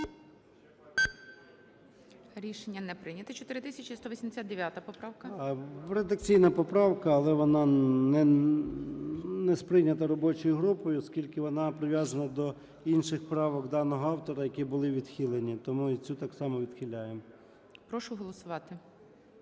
Рішення не прийнято. 4189 поправка. 11:06:30 ЧЕРНЕНКО О.М. Редакційна поправка, але вона не сприйнята робочою групою, оскільки вона прив'язана до інших правок даного автора, які були відхилені. Тому і цю так само відхиляємо. ГОЛОВУЮЧИЙ. Прошу голосувати.